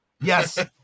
Yes